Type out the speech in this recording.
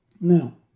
Now